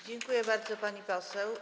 Dziękuję bardzo, pani poseł.